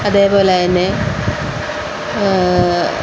അതേപോലെ തന്നെ